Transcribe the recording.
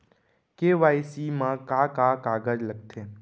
KYC मा का का कागज लगथे?